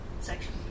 section